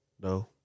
No